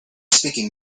speaking